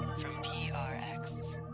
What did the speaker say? from prx,